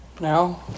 Now